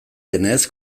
denez